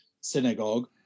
synagogue